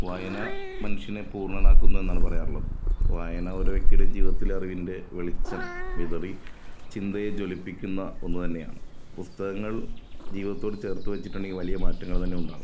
വായന മനുഷ്യനെ പൂർണനാക്കുന്നു എന്നാണ് പറയാറുളളത് വായന ഒരു വ്യക്തിയുടെ ജീവിതത്തിൽ അറിവിൻ്റെ വെളിച്ചം വിതറി ചിന്തയെ ജ്വലിപ്പിക്കുന്ന ഒന്നുതന്നെയാണ് പുസ്തകങ്ങൾ ജീവിതത്തോട് ചേർത്ത്വെച്ചിട്ടോണ്ടെങ്കിൽ വലിയ മാറ്റങ്ങൾ തന്നെയുണ്ടാകും